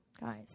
guys